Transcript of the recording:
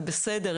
וזה בסדר,